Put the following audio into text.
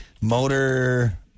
Motor